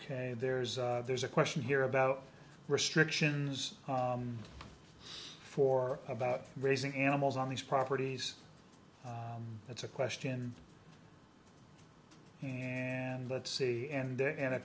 ok there's there's a question here about restrictions for about raising animals on these properties that's a question and let's see and and a